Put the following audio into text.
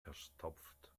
verstopft